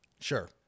Sure